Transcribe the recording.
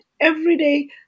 everyday